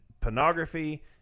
pornography